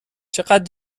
چقد